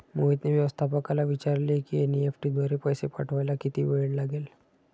मोहितने व्यवस्थापकाला विचारले की एन.ई.एफ.टी द्वारे पैसे पाठवायला किती वेळ लागेल